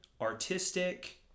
artistic